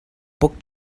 book